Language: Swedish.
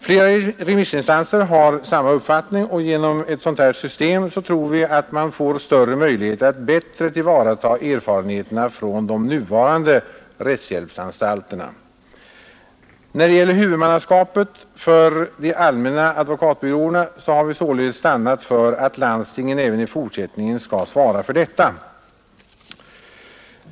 Flera remissinstanser har samma uppfattning, och genom ett sådant här system tror vi att man får större möjligheter att bättre tillvarata erfarenheterna från de nuvarande rättshjälpsanstalterna. - När det gäller huvudmannaskapet för de allmänna advokatbyråerna har vi således stannat för att landstingen även i fortsättningen skall svara för detta.